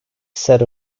set